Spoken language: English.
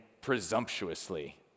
presumptuously